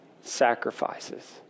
sacrifices